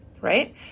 right